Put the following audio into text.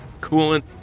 Coolant